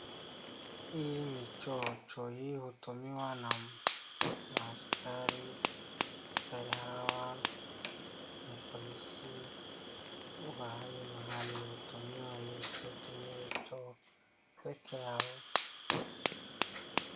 Hii ni choo. Choo hii hutumiwa na maaskari. Askari hawa na polisi hutumia hii choo peke yao.